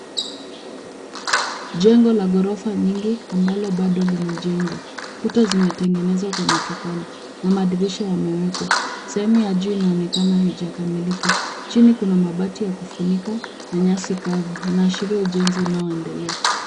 Jengo la ghorofa nyingi ambalo bado linajengwa. Kuta zimetengenezwa kwa matofali na madirisha yamewekwa. Sehemu ya juu inaonekana haijakamilika. Chini kuna mabati ya kufunika na nyasi kavu unaoashiria ujenzi unaoendelea.